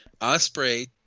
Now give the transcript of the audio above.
Osprey